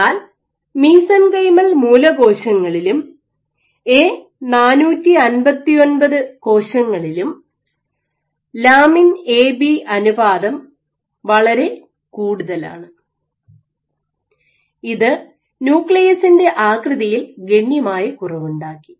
എന്നാൽ മീസെൻകൈമൽ മൂലകോശങ്ങളിലും എ 459 കോശങ്ങളിലും ലാമിൻ എ ബി അനുപാതം വളരെ കൂടുതലാണ് ഇത് ന്യൂക്ലിയസിൻറെ ആകൃതിയിൽ ഗണ്യമായ കുറവുണ്ടാക്കി